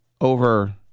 over